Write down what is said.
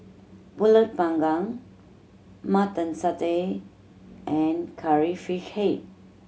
Pulut Panggang Mutton Satay and Curry Fish Head